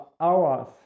hours